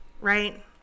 Right